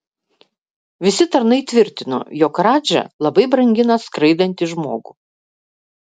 visi tarnai tvirtino jog radža labai brangina skraidantį žmogų